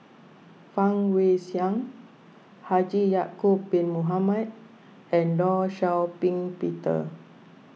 Fang Guixiang Haji Ya'Acob Bin Mohamed and Law Shau Ping Peter